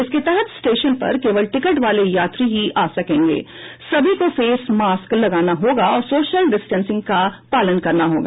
इसके तहत स्टेशन पर केवल टिकट वाले यात्री ही आ सकेंगे सभी को फेस मास्क लगाना होगा और सोशल डिस्टेंसिंग का पालन करना होगा